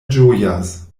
ĝojas